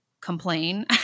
complain